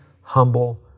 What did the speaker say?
humble